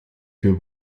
für